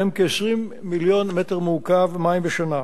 שהם כ-20 מיליון מ"ק מים בשנה.